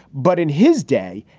but in his day,